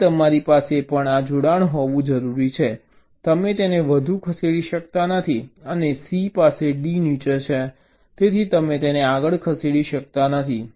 તેથી તમારી પાસે પણ આ જોડાણ હોવું જરૂરી છે તમે તેને વધુ ખસેડી શકતા નથી અને C પાસે D નીચે છે તેથી તમે તેને આગળ ખસેડી શકતા નથી